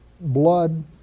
blood